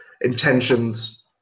intentions